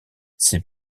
ses